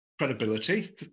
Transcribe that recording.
Credibility